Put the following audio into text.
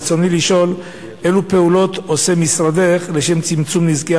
ברצוני לשאול: אילו פעולות עושה משרדך לשם צמצום נזקי